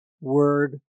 word